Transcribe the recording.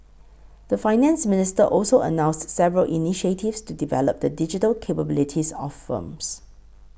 the Finance Minister also announced several initiatives to develop the digital capabilities of firms